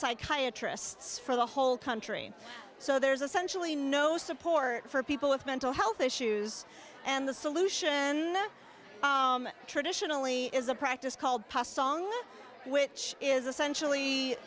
psychiatry ists for the whole country so there's a centrally no support for people with mental health issues and the solution traditionally is a practice called pa sangma which is essentially